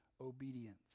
obedience